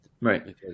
Right